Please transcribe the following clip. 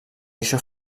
això